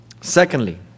Secondly